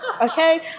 Okay